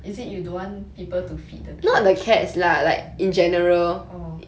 is it you don't want people to feed the cats orh